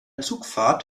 zugfahrt